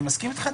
אני מסכים אתך,